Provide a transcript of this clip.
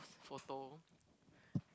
photo